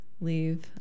leave